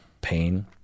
pain